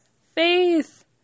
Faith